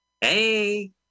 Hey